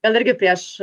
gal irgi prieš